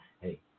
hey